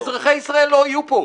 אזרחי ישראל לא יהיו פה,